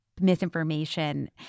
misinformation